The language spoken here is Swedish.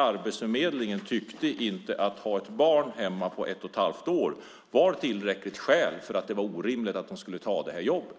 Arbetsförmedlingen tyckte inte att ett barn på ett och ett halvt år var ett skäl att inte ta jobbet.